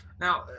now